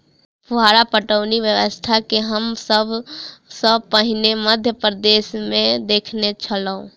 फुहार पटौनी व्यवस्था के हम सभ सॅ पहिने मध्य प्रदेशमे देखने छलौं